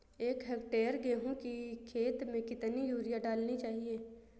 एक हेक्टेयर गेहूँ की खेत में कितनी यूरिया डालनी चाहिए?